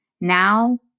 now